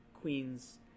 Queens